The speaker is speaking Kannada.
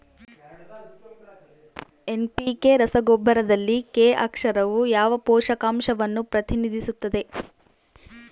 ಎನ್.ಪಿ.ಕೆ ರಸಗೊಬ್ಬರದಲ್ಲಿ ಕೆ ಅಕ್ಷರವು ಯಾವ ಪೋಷಕಾಂಶವನ್ನು ಪ್ರತಿನಿಧಿಸುತ್ತದೆ?